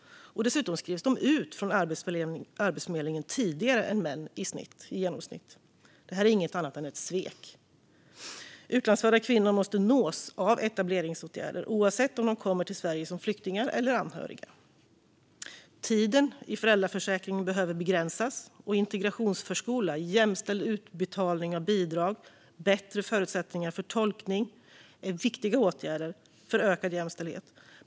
Dessutom skrivs de i genomsnitt ut från Arbetsförmedlingen tidigare än män. Det är inget annat än ett svek. Utlandsfödda kvinnor måste nås av etableringsåtgärder oavsett om de kommer till Sverige som flyktingar eller som anhöriga. Tiden i föräldraförsäkringen behöver begränsas, och integrationsförskola, jämställd utbetalning av bidrag samt bättre förutsättningar för tolkning är viktiga åtgärder för ökad jämställdhet.